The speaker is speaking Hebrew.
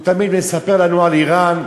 הוא תמיד מספר לנו על איראן,